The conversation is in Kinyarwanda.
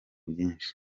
byinshi